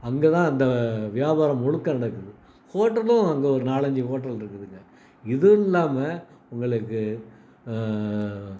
அங்கேதான் அந்த வியாபாரம் முழுக்க நடக்குது ஹோட்டலும் அங்கே ஒரு நாலஞ்சு ஹோட்டல் இருக்குதுங்க இதுவும் இல்லாமல் உங்களுக்கு